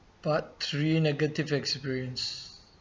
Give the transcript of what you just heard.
part three negative experience